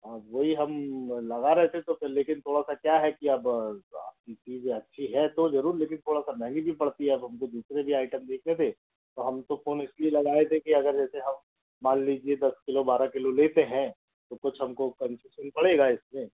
हाँ वही हम लगा रहे थे तो फिर लेकिन थोड़ा सा क्या है कि अब आपकी चीज़ अच्छी है तो ज़रूर लेकिन थोड़ा सा महँगी भी पड़ती है अब हम तो दूसरे भी आइटम देख रहे थे तो हम तो फ़ोन इसलिए लगाए थे कि अगर जैसे हम मान लीजिए दस किलो बारह किलो लेते हैं तो कुछ हमको कन्सेशन पड़ेगा इसमें